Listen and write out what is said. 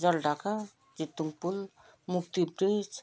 जलढाका चितुङ पुल मुक्ति ब्रिज